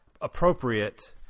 appropriate